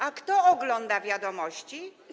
A kto ogląda „Wiadomości”